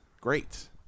great